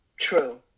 True